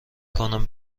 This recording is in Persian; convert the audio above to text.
کنم